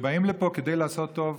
שבאים לפה כדי לעשות טוב,